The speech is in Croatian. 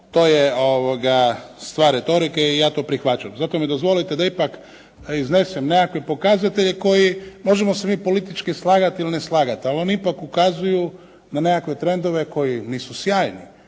to je stvar retorike i ja to prihvaćam. Zato mi dozvolite da ipak iznesem nekakve pokazatelja koji, možemo se mi politički slagati ili ne slagati, ali oni ipak ukazuju na nekakve trendove koji nisu sjajni,